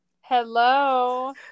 Hello